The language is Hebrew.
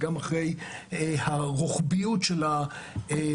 וגם אחרי הרוחביות של הטיפול,